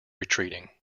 retreating